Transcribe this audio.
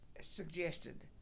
suggested